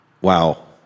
wow